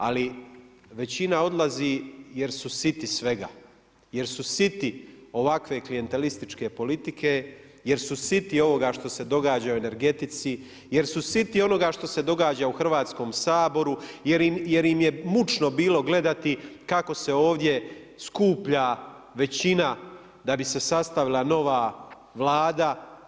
Ali većina odlazi jer su siti svega, jer su siti ovakve klijentelističke politike, jer su siti ovoga što se događa u energetici, jer su siti onoga što se događa u Hrvatskom saboru, jer im je mučno bilo gledati kako se ovdje skuplja većina da bi se sastavila nova Vlada.